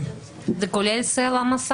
'מסע' כולל סל"ע?